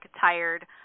tired